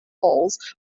halls